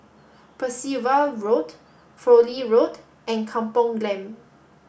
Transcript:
Percival Road Fowlie Road and Kampong Glam